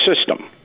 system